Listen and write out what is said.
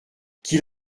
qu’il